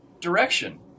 direction